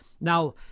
Now